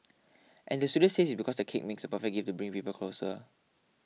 and the studio says it's because the cake makes a perfect gift to bring people closer